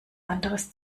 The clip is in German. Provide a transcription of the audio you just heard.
anderes